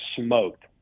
smoked